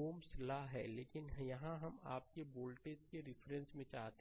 Ωs ला है लेकिन यहां हम आपके वोल्टेज के रिफरेंस में चाहते हैं